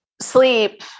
sleep